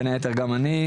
בין היתר גם אני,